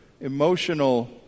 emotional